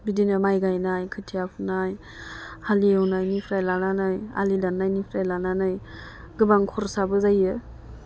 बिदिनो माइ गायनाय खोथिया फुनाय हाल एवनायनिफ्राय लानानै आलि दाननायनिफ्राय लानानै गोबां खरसाबो जायो